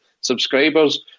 subscribers